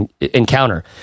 encounter